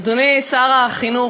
אדוני שר החינוך,